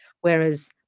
whereas